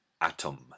atom